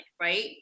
right